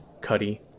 Cuddy